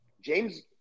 James